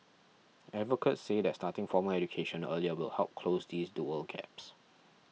advocates say that starting formal education earlier will help close these dual gaps